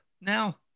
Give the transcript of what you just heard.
now